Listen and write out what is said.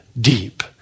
deep